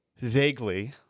Vaguely